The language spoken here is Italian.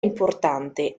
importante